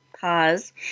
pause